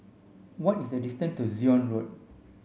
what is the distance to Zion Road